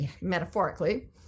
metaphorically